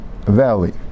valley